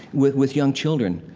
with with young children,